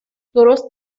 درست